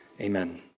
amen